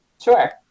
Sure